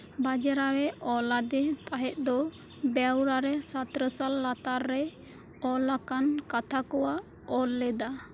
ᱵᱟᱡᱮ ᱨᱟᱣ ᱮ ᱚᱞ ᱟᱫᱮ ᱛᱟᱦᱮᱸᱫ ᱫᱚ ᱵᱮᱣᱨᱟ ᱨᱮ ᱥᱟᱛᱨᱮᱥᱟᱞ ᱞᱟᱛᱟᱨ ᱨᱮ ᱚᱞ ᱟᱠᱟᱱ ᱠᱟᱛᱷᱟ ᱠᱚᱣᱟᱜ ᱚᱞ ᱞᱮᱫᱟ